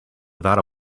without